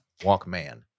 Walkman